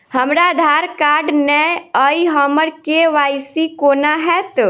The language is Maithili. हमरा आधार कार्ड नै अई हम्मर के.वाई.सी कोना हैत?